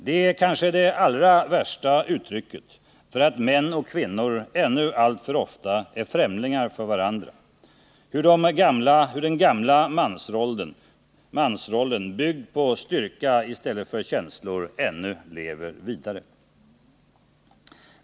Det är kanske det allra värsta uttrycket för att män och kvinnor ännu alltför ofta är främlingar för varandra, hur den gamla mansrollen — byggd på kall styrka i stället för varma känslor — ännu lever vidare.